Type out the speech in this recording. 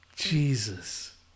Jesus